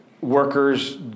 workers